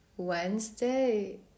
Wednesday